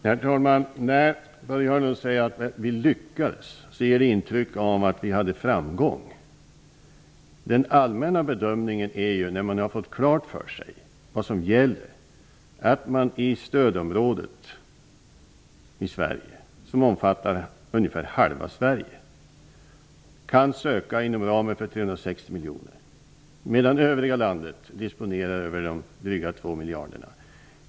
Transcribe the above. Herr talman! När Börje Hörnlund säger att vi lyckades ger det intryck av att vi hade framgång. I Sverige, kan man ansöka om medel inom ramen för 360 miljoner, medan övriga landet disponerar drygt 2 miljarder.